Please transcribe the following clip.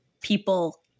people